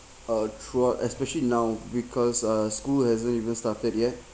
uh throughout especially now because uh school hasn't even started yet